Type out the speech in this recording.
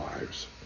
lives